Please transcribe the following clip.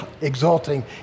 exalting